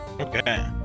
Okay